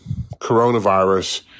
coronavirus